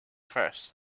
first